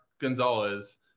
Gonzalez